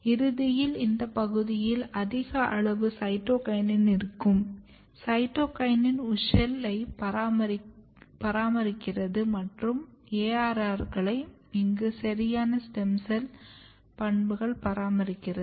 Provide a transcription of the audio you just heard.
இறுதியில் இந்த பகுதியில் அதிக அளவு சைட்டோகினின் இருக்கும் சைட்டோகினின் WUSCHEL ஐ பராமரிக்கிறது மற்றும் ARR கள் இங்கு சரியான ஸ்டெம் செல் பண்புகளை பராமரிக்கின்றன